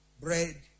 Bread